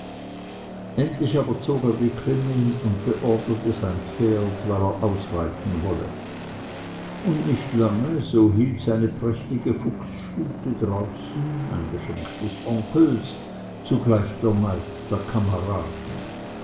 endlich aber zog er die klingel und beorderte sein pferd weil er ausreiten wolle und nicht lange so hielt seine prächtige fuchsstute draußen ein geschenk des onkels zugleich der neid der kameraden